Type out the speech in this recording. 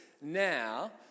now